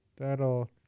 That'll